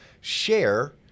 share